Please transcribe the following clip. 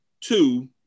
two